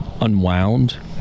unwound